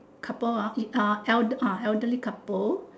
couple hor the uh ah eld ah elderly couple